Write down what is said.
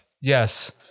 Yes